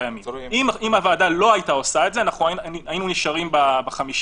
אנחנו מעבירים לשב"ס